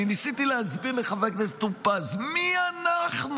אני ניסיתי להסביר לחבר הכנסת טור פז, מי אנחנו?